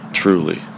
truly